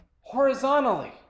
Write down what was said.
horizontally